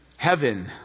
Heaven